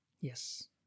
Yes